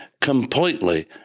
completely